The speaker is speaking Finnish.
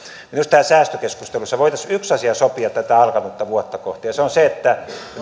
minusta tässä säästökeskustelussa voitaisiin yksi asia sopia tätä alkanutta vuotta kohti ja se on se että